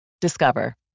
discover